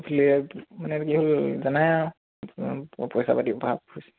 মানে এইটো কি হ'ল জানাই আৰু পইচা পাতিৰ অভাৱ হৈছে